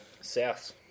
South